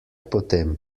potem